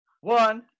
one